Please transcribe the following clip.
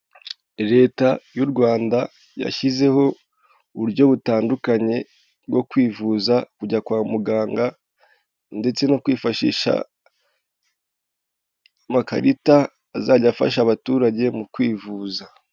Leta y'u Rwanda yashyizeho uburyo butandukanye bwo kwivuza, kujya kwa muganga ndetse no kwifashisha amakarita azajya afasha abaturage mu kwivuza.